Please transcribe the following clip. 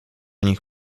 nich